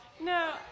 No